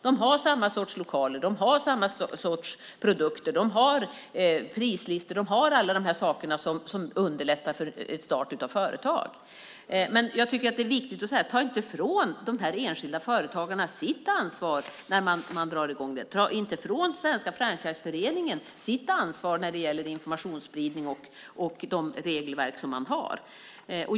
De har samma sorts lokaler, samma sorts produkter, prislistor och alla de saker som underlättar för start av företag. Jag tycker att det är viktigt att säga detta: Ta inte ifrån de enskilda företagarna deras ansvar när de drar i gång! Ta inte ifrån Svenska Franchiseföreningen dess ansvar när det gäller informationsspridning och de regelverk som man har!